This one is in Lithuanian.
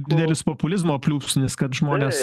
didelis populizmo pliūpsnis kad žmonės